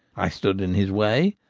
i stood in his way,